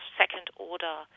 second-order